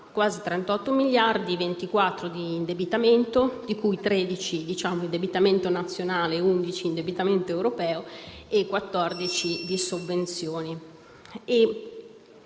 quasi 38 miliardi, di cui 24 di indebitamento (13 di indebitamento nazionale e 11 di indebitamento europeo) e 14 di sovvenzioni